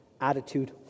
attitude